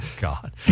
God